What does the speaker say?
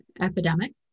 epidemic